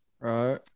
Right